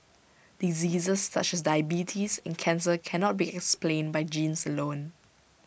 diseases such as diabetes and cancer cannot be explained by genes alone